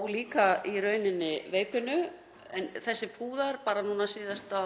og líka í rauninni veipinu. En þessir púðar — bara síðast í